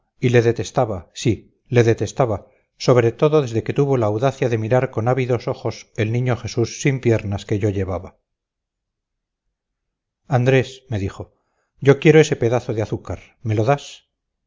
y le detestaba sí le detestaba sobre todo desde que tuvo la audacia de mirar con ávidos ojos el niño jesús sin piernas que yo llevaba andrés me dijo yo quiero ese pedazo de azúcar me lo darás